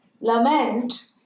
Lament